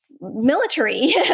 military